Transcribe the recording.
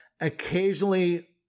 occasionally